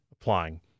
applying